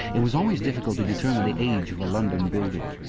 it was always difficult to determine the age of a london building.